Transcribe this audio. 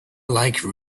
like